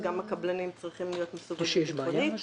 אז גם הקבלנים צריכים להיות מסווגים ביטחונית.